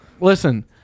Listen